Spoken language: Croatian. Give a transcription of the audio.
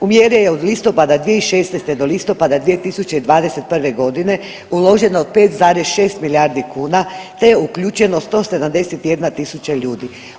U mjere je od listopada 2016. do listopada 2021. godine uloženo 5,6 milijardi kuna te je uključeno 171 tisuća ljudi.